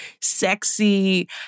sexy